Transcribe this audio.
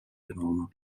genomen